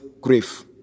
grief